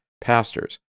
pastors